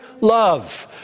love